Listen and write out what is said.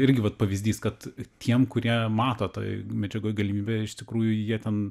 irgi vat pavyzdys kad tiem kurie mato toj medžiagoj galimybę iš tikrųjų jie ten